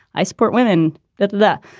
i support women that the,